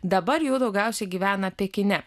dabar jų daugiausia gyvena pekine